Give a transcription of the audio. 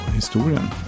historien